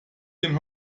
den